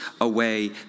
away